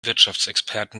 wirtschaftsexperten